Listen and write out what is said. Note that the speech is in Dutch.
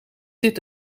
dit